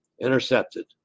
intercepted